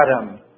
Adam